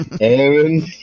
Aaron